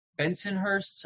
Bensonhurst